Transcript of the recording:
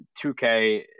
2k